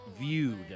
viewed